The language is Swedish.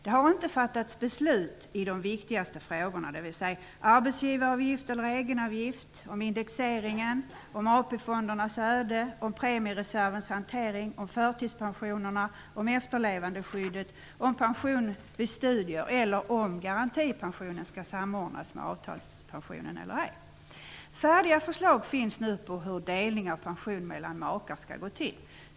Det har inte fattats beslut i de viktigaste frågorna, dvs. om arbetsgivaravgift eller egenavgift, om indexeringen, om AP-fondernas öde, om premiereservens hantering, om förtidspensionerna, om efterlevandeskyddet, om pension vid studier eller om garantipensionen skall samordnas med avtalspensionen eller ej. Färdiga förslag finns nu på hur delning av pension mellan makar skall gå till.